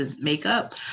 makeup